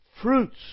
Fruits